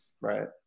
Right